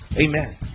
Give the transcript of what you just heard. Amen